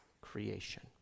creation